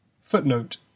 Footnote